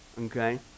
Okay